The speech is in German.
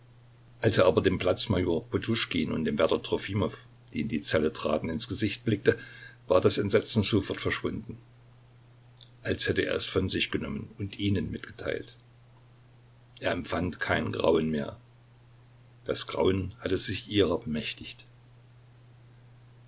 als er aber dem platz major poduschkin und dem wärter trofimow die in die zelle traten ins gesicht blickte war das entsetzen sofort verschwunden als hätte er es von sich genommen und ihnen mitgeteilt er empfand kein grauen mehr das grauen hatte sich ihrer bemächtigt